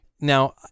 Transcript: now